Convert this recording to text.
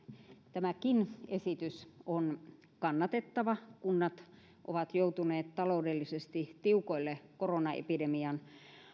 tämäkin esitys on kannatettava kunnat ovat joutuneet taloudellisesti tiukoille koronaepidemian